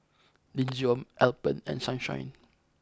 Nin Jiom Alpen and Sunshine